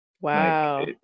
Wow